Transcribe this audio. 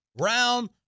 round